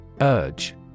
Urge